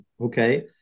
okay